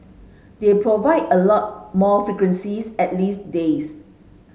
they provide a lot more frequencies at least days